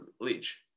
Leach